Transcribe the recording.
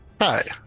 Hi